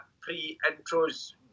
pre-intros